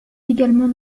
également